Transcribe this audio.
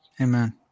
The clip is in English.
Amen